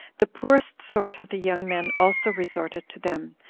the poorest sort of the young men also resorted to them,